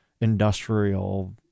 industrial